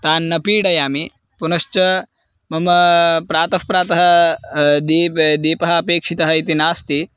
तान् न पीडयामि पुनश्च मम प्रातः प्रातः दीपः दीपः अपेक्षितः इति नास्ति